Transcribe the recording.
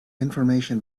information